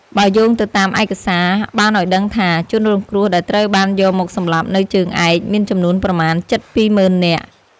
បើយោងទៅតាមឯកសារ បានឲ្យដឹងថា ជនរងគ្រោះដែលត្រូវបានយកមកសម្លាប់នៅជើងឯក មានចំនួនប្រមាណជិត២ម៉ឺននាក់។